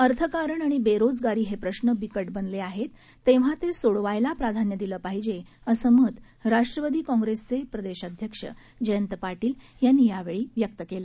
अर्थकारण आणि बेरोजगारी हे प्रश्न बिकट बनले आहेत तेव्हा ते सोडवायला प्राधान्य दिले पाहिजे असं मत राष्ट्रवादी काँग्रेसचे प्रदेश अध्यक्ष जयंत पाटील यांनी या कार्यक्रमात व्यक्त केलं